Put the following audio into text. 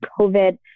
COVID